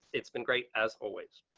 it's been great. as always,